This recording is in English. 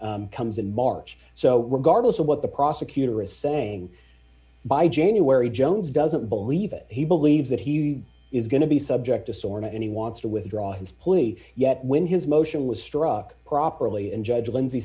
motion comes in march so regardless of what the prosecutor is saying by january jones doesn't believe it he believes that he is going to be subject to soren and he wants to withdraw his plea yet when his motion was struck properly and judge lindsay